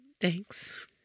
thanks